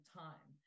time